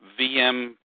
VM